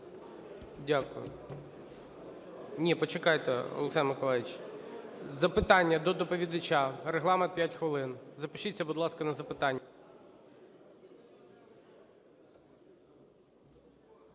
Дякую. Ні, почекайте, Олександр Миколайовичу. Запитання до доповідача. Регламент – 5 хвилин. Запишіться, будь ласка, на запитання.